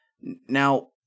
Now